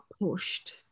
pushed